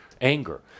anger